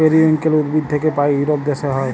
periwinkle উদ্ভিদ থাক্যে পায় ইউরোপ দ্যাশে হ্যয়